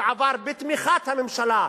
ועבר בתמיכת הממשלה,